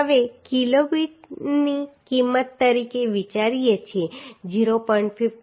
હવે Kb ની કિંમત તરીકે વિચારીએ છીએ 0